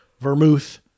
vermouth